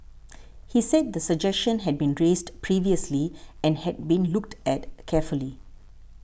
he said the suggestion had been raised previously and had been looked at carefully